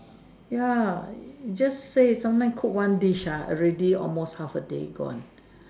ya just say sometimes cook one dish ha already almost half a day gone